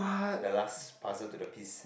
the last puzzle to the piece